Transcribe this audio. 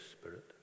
Spirit